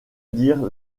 dire